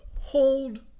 Hold